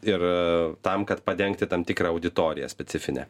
ir tam kad padengti tam tikrą auditoriją specifinę